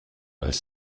als